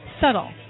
Subtle